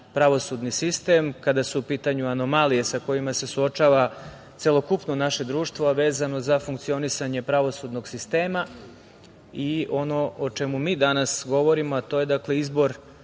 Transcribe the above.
pravosudni sistem, kada su u pitanju anomalije sa kojima se suočava celokupno naše društvo, a vezano za funkcionisanje pravosudnog sistema i ono o čemu mi danas govorimo, a to je, dakle, izbor